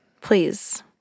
Please